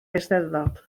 eisteddfod